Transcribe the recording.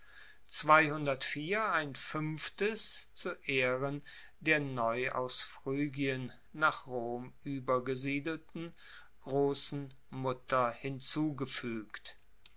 ein fuenftes zu ehren der neu aus phrygien nach rom uebergesiedelten grossen mutter hinzugefuegt